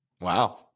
Wow